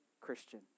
Christian